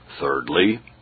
Thirdly